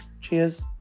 cheers